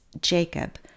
Jacob